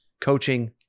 coaching